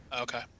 Okay